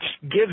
gives